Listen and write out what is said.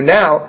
now